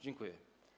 Dziękuję.